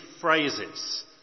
phrases